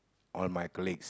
or my colleagues